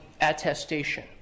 attestation